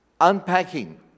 unpacking